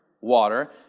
water